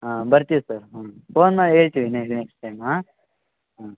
ಹಾಂ ಬರ್ತಿವಿ ಸರ್ ಹ್ಞೂ ಫೋನ್ ಮಾಡಿ ಹೇಳ್ತಿವಿ ನೆಕ್ಸ್ಟ್ ಟೈಮ್ ಹಾಂ